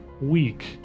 week